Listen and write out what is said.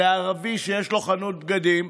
לערבי שיש לו חנות בגדים,